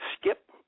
skip